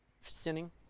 sinning